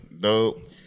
Dope